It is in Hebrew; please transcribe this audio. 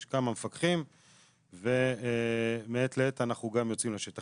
יש כמה מפקחים ומעת לעת אנחנו גם יוצאים לשטח.